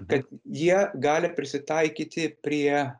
kad jie gali prisitaikyti prie